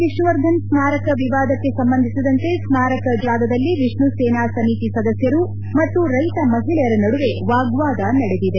ವಿಷ್ಣುವರ್ಧನ್ ಸ್ಕಾರಕ ವಿವಾದಕ್ಕೆ ಸಂಬಂಧಿಸಿದಂತೆ ಸ್ಕಾರಕ ಚಾಗದಲ್ಲಿ ವಿಷ್ಣು ಸೇನಾ ಸಮಿತಿ ಸದಸ್ಕರು ಮತ್ತು ರೈತ ಮಹಿಳೆಯರ ನಡುವೆ ವಾಗ್ನಾದ ನಡೆದಿದೆ